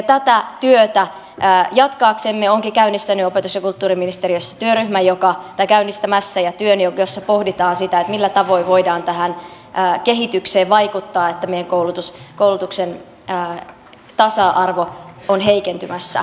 tätä työtä jatkaaksemme olenkin käynnistämässä opetus ja kulttuuriministeriössä työn jossa pohditaan sitä millä tavoin voidaan tähän kehitykseen vaikuttaa että meidän koulutuksemme tasa arvo on heikentymässä